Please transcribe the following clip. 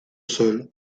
seul